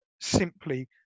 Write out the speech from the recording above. simply